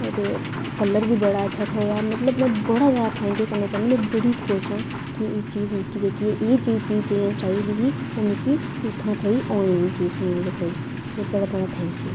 ते कल्लर बी बडा अच्छा थ्होआ ते मतलब में बड़ा ज्यादा थेकंयू करना चाहिन्नीं में बड़ी खुश आं कि एह चीज़ मिकी जेह्की ऐ जि'यां चाहिदी ही ओह् मिकी उत्थुआँ थ्होई आनलाइन चीज़ उत्थुआँ गै थ्होई बड़ा बड़ा थेन्कयू